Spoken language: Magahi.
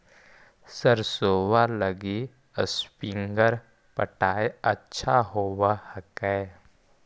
सरसोबा लगी स्प्रिंगर पटाय अच्छा होबै हकैय?